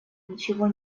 ничего